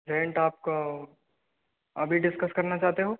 rent आपका अभी discuss करना चाहते हो